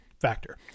factor